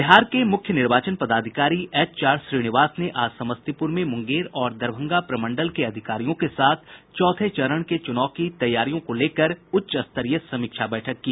बिहार के मुख्य निर्वाचन पदाधिकारी एचआर श्रीनिवास ने आज समस्तीपुर में मुंगेर और दरभंगा प्रमडल के अधिकारियों के साथ चौथे चरण के चुनाव की तैयारियों को लेकर उच्च स्तरीय समीक्षा बैठक की